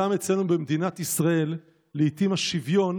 גם אצלנו במדינת ישראל לעיתים השוויון